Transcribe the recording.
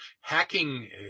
hacking